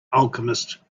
alchemist